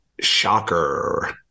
shocker